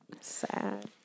sad